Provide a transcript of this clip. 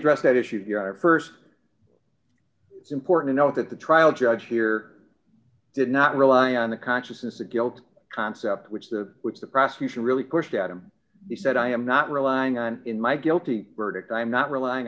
dress that issues your st it's important to note that the trial judge here did not rely on the consciousness of guilt concept which the which the prosecution really pushed at him he said i am not relying on in my guilty verdict i'm not relying